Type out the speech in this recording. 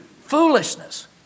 foolishness